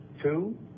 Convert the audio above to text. Two